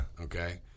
Okay